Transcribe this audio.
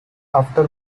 after